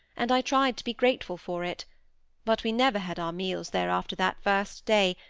and i tried to be grateful for it but we never had our meals there after that first day,